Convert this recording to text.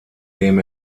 dem